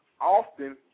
Often